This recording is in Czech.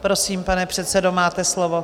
Prosím, pane předsedo, máte slovo.